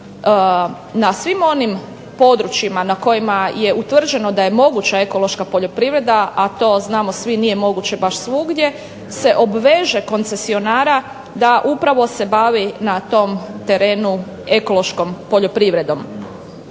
na svim onim područjima na kojima je utvrđeno da je moguća ekološka poljoprivreda, a to znamo svi nije moguće baš svugdje, se obveže koncesionara da se upravo bavi na tom terenu ekološkom poljoprivredom.